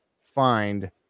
find